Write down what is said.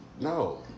No